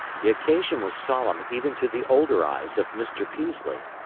the occasion was solemn even to the older eyes of mr. peaslee.